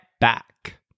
back